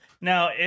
Now